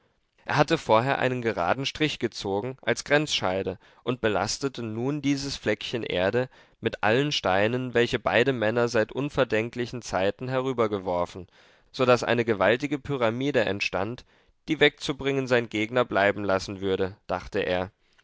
er hatte vorher einen geraden strich gezogen als grenzscheide und belastete nun dies fleckchen erde mit allen steinen welche beide männer seit unvordenklichen zeiten herübergeworfen so daß eine gewaltige pyramide entstand die wegzubringen sein gegner bleibenlassen würde dachte er